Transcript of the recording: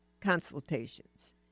consultations